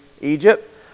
Egypt